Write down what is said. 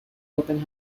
open